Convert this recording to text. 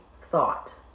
thought